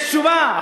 יש תשובה,